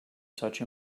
such